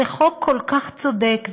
זה חוק כל כך צודק,